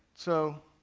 so